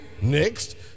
next